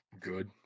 good